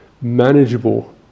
manageable